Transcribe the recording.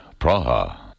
Praha